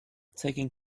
taking